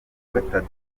gatanu